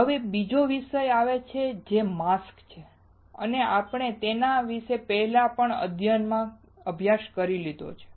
હવે બીજો વિષય આવે છે જે માસ્ક છે અને આપણે તેના વિશે પહેલાથી જ અધ્યયન કરી લીધું છે